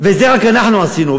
ואת זה רק אנחנו עשינו.